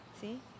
See